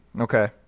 Okay